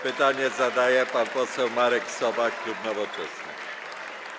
Pytanie zadaje pan poseł Marek Sowa, klub Nowoczesna.